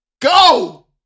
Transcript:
go